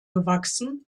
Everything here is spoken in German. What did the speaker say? gewachsen